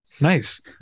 Nice